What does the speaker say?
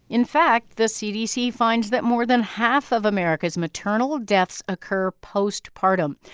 in fact, the cdc finds that more than half of america's maternal deaths occur postpartum.